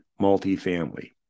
multifamily